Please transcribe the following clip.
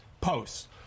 posts